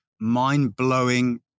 mind-blowing